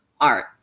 art